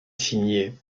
signé